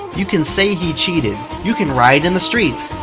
you can say he cheated. you can riot in the streets.